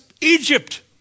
Egypt